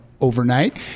overnight